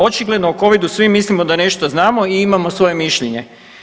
Očigledno o Covidu svi mislimo da nešto znamo i imamo svoje mišljenje.